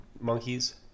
monkeys